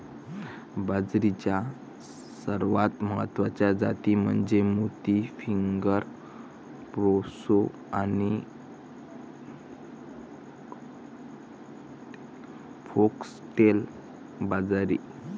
बाजरीच्या सर्वात महत्वाच्या जाती म्हणजे मोती, फिंगर, प्रोसो आणि फॉक्सटेल बाजरी